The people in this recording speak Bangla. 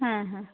হুম হুম